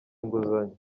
inguzanyo